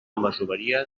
masoveria